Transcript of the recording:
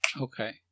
Okay